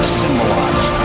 symbolize